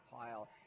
pile